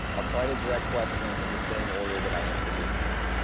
i'll try to direct questions in the same order that i introduced you.